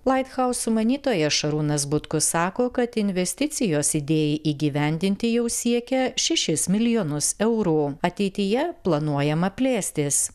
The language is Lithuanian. light house sumanytojas šarūnas butkus sako kad investicijos idėjai įgyvendinti jau siekia šešis milijonus eurų ateityje planuojama plėstis